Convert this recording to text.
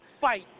fight